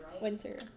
Winter